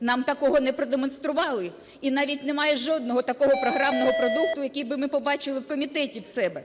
Нам такого не продемонстрували і навіть немає жодного такого програмного продукту, який би ми побачили в комітеті в себе.